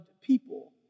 people